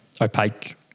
opaque